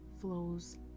flows